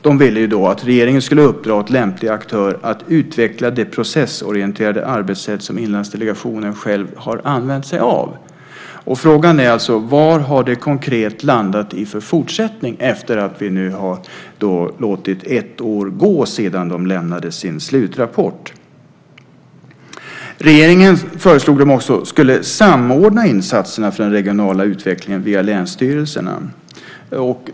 De ville att regeringen skulle uppdra åt lämplig aktör att utveckla det processorienterade arbetssätt som Inlandsdelegationen själv har använt sig av. Vad har det konkret landat i för fortsättning efter att vi nu har låtit ett år gå sedan de lämnade sin slutrapport? De föreslog också att regeringen skulle samordna insatserna för den regionala utvecklingen via länsstyrelserna.